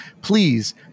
please